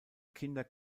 kinder